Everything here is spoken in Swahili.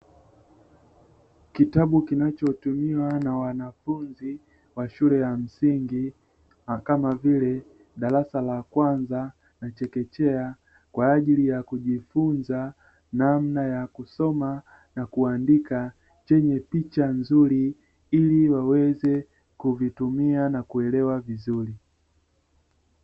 Kitabu kinachotumiwa na wanafunzi wa shule ya msingi, kama vile darasa la kwanza na chekechea kwa ajili ya kujifunza namna ya kusoma na kuandika, chenye picha nzuri ili waweze kuvitumia na kuelewa vizuri.